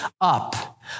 up